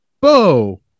bo